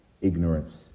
ignorance